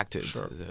Sure